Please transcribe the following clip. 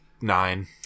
nine